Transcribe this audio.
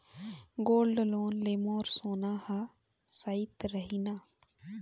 Gold loan मे मोर सोना हा सइत रही न?